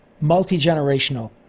multi-generational